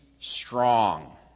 strong